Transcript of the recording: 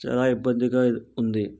చాల ఇబ్బందిగా ఉంది